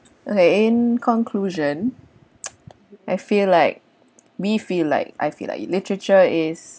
okay in conclusion I feel like we feel like I feel like literature is